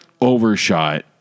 overshot